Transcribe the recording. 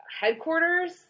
headquarters